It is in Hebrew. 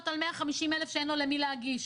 על 150,000 שקל שאין לו למי להגיש,